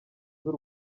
z’u